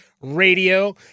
Radio